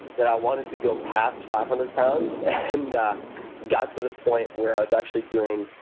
that i wanted to go past five hundred pounds and got to the point where i was actually doing,